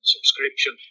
Subscription